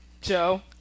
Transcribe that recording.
Joe